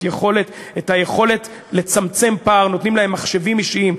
יכולת את היכולת לצמצם פער: נותנים להם מחשבים חדשים,